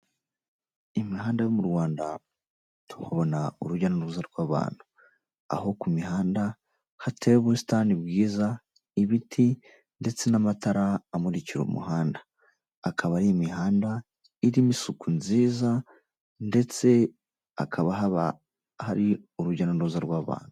Imihanda yo mu Rwanda tuhabona urujya n'uruza rw'abantu, aho ku mihanda hateye ubusitani bwiza, ibiti ndetse n'amatara amurikira umuhanda. Akaba ari imihanda irimo isuku nziza ndetse hakaba haba hari urujya n'uruza rw'abantu.